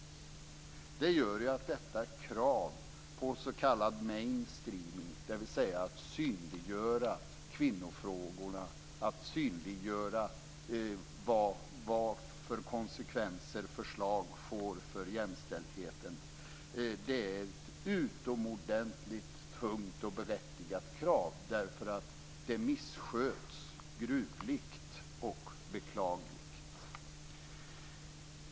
Det gör ju att kravet på main-streaming, dvs. att synliggöra kvinnofrågorna, att synliggöra vad olika förslag får för konsekvenser för jämställdheten, är ett utomordentligt tungt och berättigat krav, därför att detta missköts gruvligt och beklagligt.